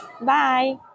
Bye